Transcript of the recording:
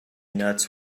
nuts